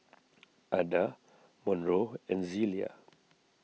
Adda Monroe and Zelia